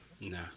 No